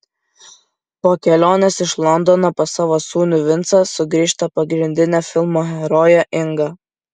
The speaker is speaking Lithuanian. po kelionės iš londono pas savo sūnų vincą sugrįžta pagrindinė filmo herojė inga